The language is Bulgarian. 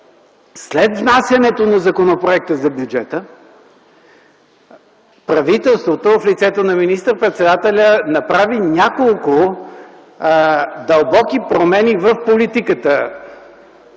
След внасянето на Законопроекта за бюджета, правителството в лицето на министър-председателя направи няколко дълбоки промени в политиката.